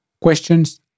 Questions